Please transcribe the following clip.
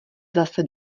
zase